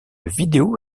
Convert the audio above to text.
vidéo